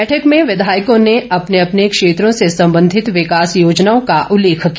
बैठक में विधायकों ने अपने अपने क्षेत्रों से संबंधित विकास योजनाओं का उल्लेख किया